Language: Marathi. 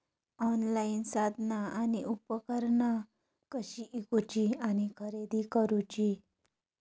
ऑनलाईन साधना आणि उपकरणा कशी ईकूची आणि खरेदी करुची?